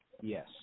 Yes